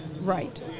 Right